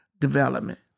development